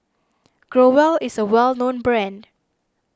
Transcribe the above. Growell is a well known brand